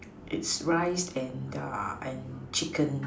it's rice and duck and chicken